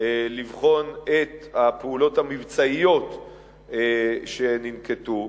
ולבחון את הפעולות המבצעיות שננקטו,